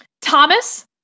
Thomas